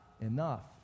Enough